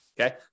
okay